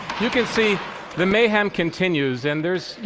you can see the mayhem continues, and there's, you